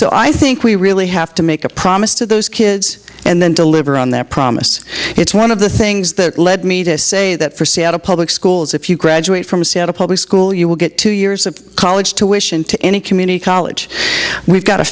so i think we really have to make a promise to those kids and then deliver on their promise it's one of the things that led me to say that for seattle public schools if you graduate from seattle public school you will get two years of college tuition to any community college we've got to